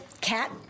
Cat